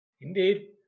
Indeed